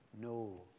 no